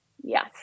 Yes